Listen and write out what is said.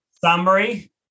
Summary